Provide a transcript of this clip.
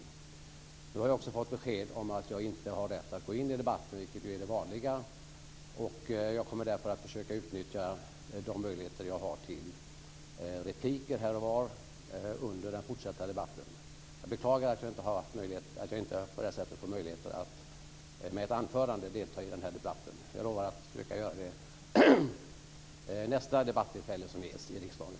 Jag har nu fått besked om att jag inte har rätt att gå in i debatten, vilket ju är det vanliga. Därför kommer jag att försöka utnyttja de möjligheter som jag har till repliker under den fortsatta debatten. Jag beklagar att jag inte får möjlighet att med ett anförande delta i debatten, men lovar att försöka göra det vid nästa debattillfälle som ges i riksdagen.